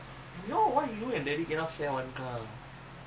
thrown out of singapore so only the malaysia is strict ah இருக்காங்க:irukkanka